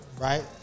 Right